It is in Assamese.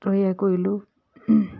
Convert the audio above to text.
তৈয়াৰ কৰিলোঁ